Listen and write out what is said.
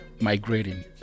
migrating